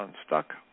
unstuck